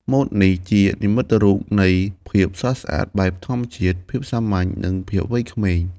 ម៉ូតនេះជានិមិត្តរូបនៃភាពស្រស់ស្អាតបែបធម្មជាតិ ភាពសាមញ្ញ និងភាពវ័យក្មេង។